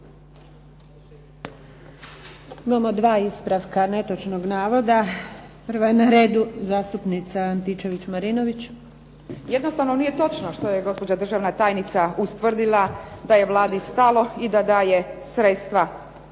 Imamo dva ispravka netočnog navoda. Prva je na redu zastupnica Antičević Marinović. **Antičević Marinović, Ingrid (SDP)** Jednostavno nije točno što je gospođa državna tajnica ustvrdila da je Vladi stalo i da daje sredstva